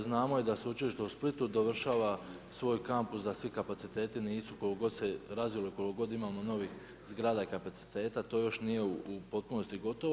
Znamo da Sveučilište u Splitu, dovršava svoj kampus, da svi kapaciteti, nisu, koliko god se razvilo, koliko god imamo novih zgrada i kapaciteta to još nije u potpunosti gotovo.